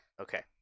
okay